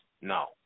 No